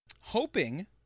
hoping